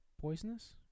poisonous